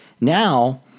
Now